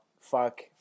fuck